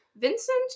Vincent